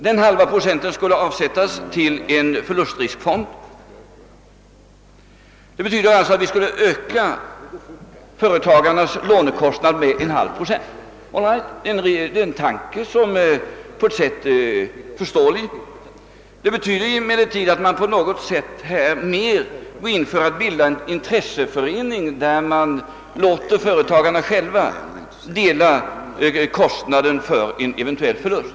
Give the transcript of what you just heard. Den halva procenten skulle avsättas till en förlustriskfond, vilket alltså betyder att vi skulle öka företagarnas lånekostnad med en halv procent. Allright, det är en tanke som på ett sätt är förståelig. Det betyder emellertid att man på något sätt här mer går in för att bilda en intresseförening, där man låter företagarna själva dela kostnaden för en eventuell förlust.